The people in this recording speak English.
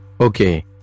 Okay